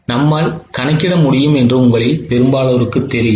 நம்மால் கணக்கிட முடியும் என்று உங்களில் பெரும்பாலோருக்குத் தெரியும்